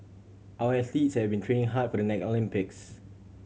our athletes have been training hard for the next Olympics